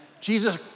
Jesus